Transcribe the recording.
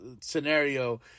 scenario